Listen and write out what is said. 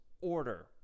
order